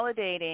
validating